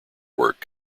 work